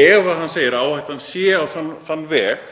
Ef hann segir að áhættan sé á þann veg